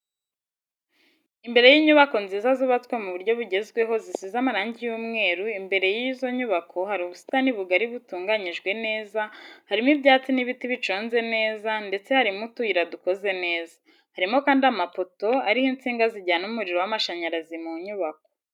Imbere y'inyubako nziza zubatswe mu buryo bugezweho zisize amarangi y'umweru imbere y'izo nyubako hari ubusitani bugari butunganyijwe neza, harimo ibyatsi n'ibiti biconze neza ndetse harimo utuyira dukoze neza, harimo kandi amapoto ariho insinga zijyana umuriro w'amashanyarazi mu nyubako.